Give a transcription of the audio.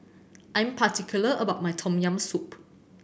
I'm particular about my Tom Yam Soup